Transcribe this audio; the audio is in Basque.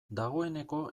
dagoeneko